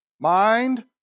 Mind